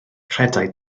rhedai